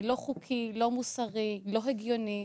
לא חוקי, לא מוסרי, לא הגיוני.